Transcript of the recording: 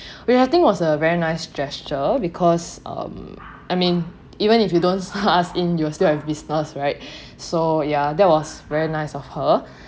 we have think was a very nice gesture because um I mean even if you don't ask in you will still have business right so ya that was very nice of her